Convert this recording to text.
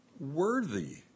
Worthy